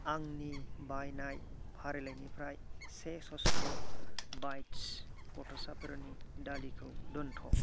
आंनि बायनाय फारिलाइनिफ्राय से सस्त' बाइत्स गथ'साफोरनि दालिखौ दोनथ'